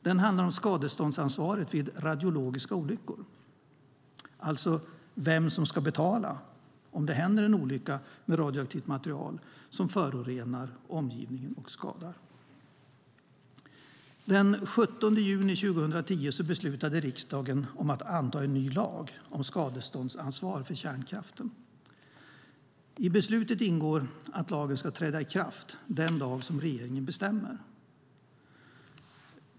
Den handlar om skadeståndsansvaret vid radiologiska olyckor, alltså vem som ska betala om det händer en olycka med radioaktivt material som förorenar och skadar omgivningen. Den 17 juni 2010 beslutade riksdagen att anta en ny lag om skadeståndansvar för kärnkraften. I beslutet ingår att lagen ska träda i kraft den dag som regeringen bestämmer.